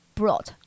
brought